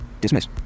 Dismiss